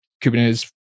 Kubernetes